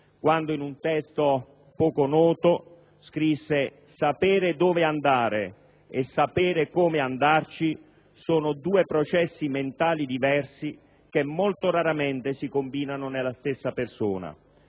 quando in un testo poco noto scrisse: «Sapere dove andare e sapere come andarci sono due processi mentali diversi, che molto raramente si combinano nella stessa persona».